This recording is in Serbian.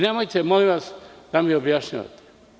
Nemojte, molim vas, da mi objašnjavate.